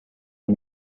amb